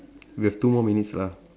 we have two more minutes lah